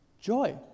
Joy